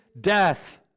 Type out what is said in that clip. death